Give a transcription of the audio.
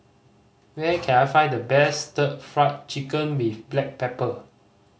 where can I find the best Stir Fried Chicken with black pepper